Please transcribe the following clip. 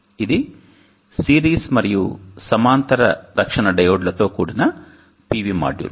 ఇది సిరీస్ మరియు సమాంతర రక్షణ డయోడ్లతో కూడిన PV మాడ్యూల్